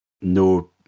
No